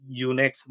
Unix